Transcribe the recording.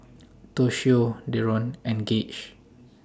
Toshio Deron and Gage